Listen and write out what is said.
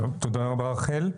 טוב, תודה רבה רחל.